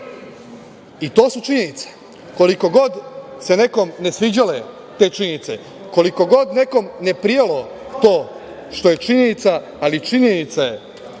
To su činjenice. Koliko god se nekom ne sviđale te činjenice, koliko god nekom ne prijalo to što je činjenica, ali činjenica je